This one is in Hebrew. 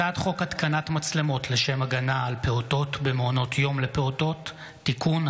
הצעת חוק התקנת מצלמות לשם הגנה על פעוטות במעונות יום לפעוטות (תיקון),